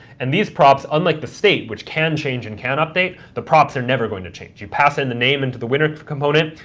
and these props, unlike the state, which can change and can update, the props are never going to change. you pass in the name into the winner component,